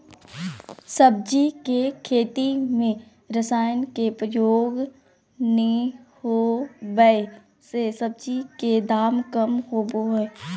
सब्जी के खेती में रसायन के प्रयोग नै होबै से सब्जी के दाम कम होबो हइ